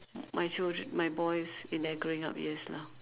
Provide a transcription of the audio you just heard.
my children my boys in their growing up years lah